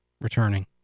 returning